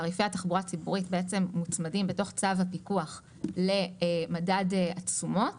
תעריפי התחבורה הציבורית מוצמדים בתוך צו הפיקוח למדד התשומות